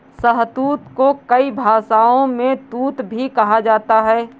शहतूत को कई भाषाओं में तूत भी कहा जाता है